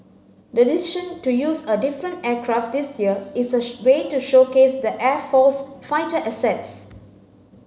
the decision to use a different aircraft this year is a way to showcase the air force's fighter assets